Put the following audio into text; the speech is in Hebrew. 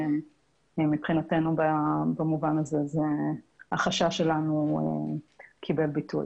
ומבחינתנו במובן הזה, החשש שלנו קיבל ביטוי.